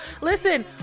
listen